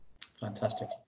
Fantastic